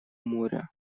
моря